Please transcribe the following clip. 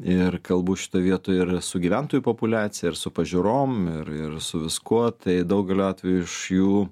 ir kalbu šitoj vietoj ir su gyventojų populiacija ir su pažiūrom ir ir su viskuo tai daugeliu atvejų iš jų